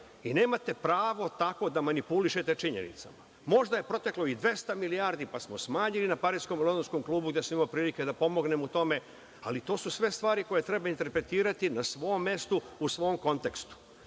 Nemate pravo tako da manipulišete činjenicama. Možda je proteklo i 200 milijardi pa smo smanjili na Pariskom i Londonskom klubu gde sam imao prilike da pomognem u tome, ali to su sve stvari koje treba interpretirati na svom mestu, u svom kontekstu.